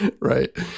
right